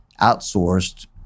outsourced